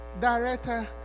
director